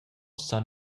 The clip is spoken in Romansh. san